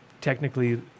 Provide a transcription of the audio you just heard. technically